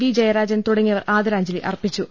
V Jayarajan തുടങ്ങിയവർ ആദരാഞ്ജലി അർപ്പിച്ചു